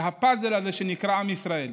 שהפאזל הזה, שנקרא עם ישראל,